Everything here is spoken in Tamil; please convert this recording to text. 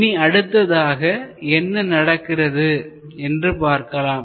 இனி அடுத்ததாக என்ன நடக்கிறது என்று பார்க்கலாம்